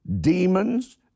demons